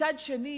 מצד שני,